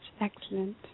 excellent